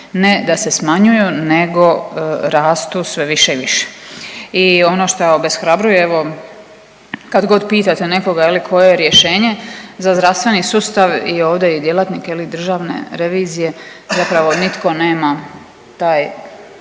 ne da se smanjuju, nego rastu sve više i više. I ono što obeshrabruje evo kad god pitate nekoga je li koje je rješenje za zdravstveni sustav i ovdje i djelatnike Državne revizije zapravo nitko nema taj